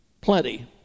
plenty